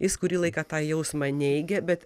jis kurį laiką tą jausmą neigia bet